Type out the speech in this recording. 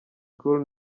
cool